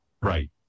Right